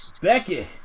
Becky